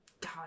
God